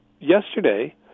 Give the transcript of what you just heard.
yesterday